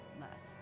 less